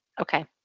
Okay